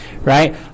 Right